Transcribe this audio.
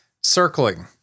circling